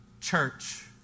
church